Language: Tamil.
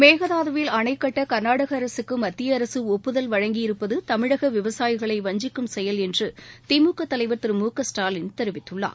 மேகதாதுவில் அணை கட்ட கர்நாடக அரசுக்கு மத்திய அரசு ஒப்புதல் வழங்கியிருப்பது தமிழக விவசாயிகளை வஞ்சிக்கும் செயல் என்று திமுக தலைவர் திரு முகஸ்டாலின் தெரிவித்துள்ளார்